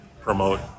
promote